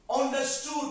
understood